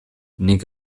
nik